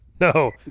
No